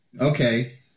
okay